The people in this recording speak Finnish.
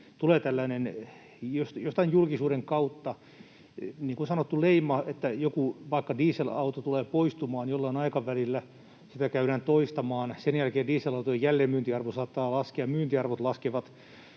tällainen leima. Sitä, että joku vaikka dieselauto tulee poistumaan jollain aikavälillä, käydään toistamaan, sen jälkeen dieselautojen jälleenmyyntiarvo saattaa laskea, myyntiarvot laskevat,